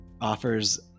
offers